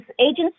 agents